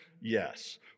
Yes